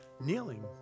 kneeling